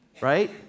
right